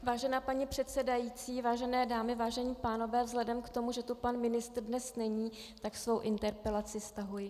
Vážená paní předsedající, vážené dámy, vážení pánové, vzhledem k tomu, že tu pan ministr dnes není, svou interpelaci stahuji.